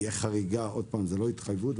זו לא התחייבות.